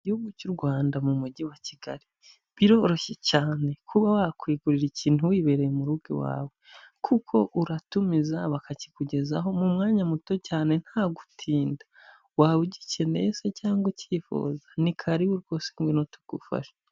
Igihugu cy'u Rwanda mu Mujyi wa Kigali, biroroshye cyane kuba wakwigurira ikintu wibereye mu rugo iwawe, kuko uratumiza bakakikugezaho mu mwanya muto cyane nta gutinda. Waba ugikeneye se cyangwa ukifuza? Ni karibu rwose ngwino tugufashe.